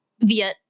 via